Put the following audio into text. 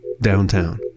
downtown